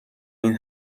این